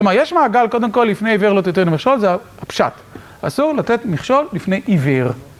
כלומר, יש מעגל, קודם כל, לפני עיוור לא תתנו מכשול, זה הפשט, אסור לתת מכשול לפני עיוור.